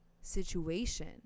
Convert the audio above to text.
situation